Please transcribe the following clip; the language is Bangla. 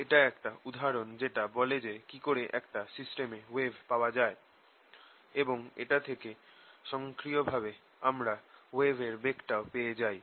এটা একটা উদাহরণ যেটা বলে যে কি করে একটা সিস্টেমে ওয়েভ পাওয়া যায় এবং এটা থেকে স্বয়ংক্রিয়ভাবে আমরা ওয়েভের বেগটাও পেয়ে যাই